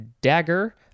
dagger